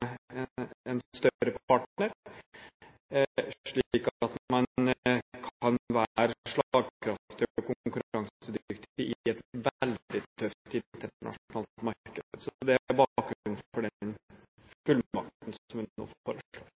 en konstellasjon med en større partner slik at man kan være slagkraftig og konkurransedyktig i et veldig tøft internasjonalt marked. Så det er bakgrunnen for den fullmakten som vi nå foreslår.